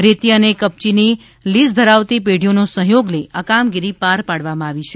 રેતી અને કપચીની લીઝ ધરાવતી પેઢીઓનો સહયોગ લઈ આ કામગીરી પાર પાડવામાં આવી હતી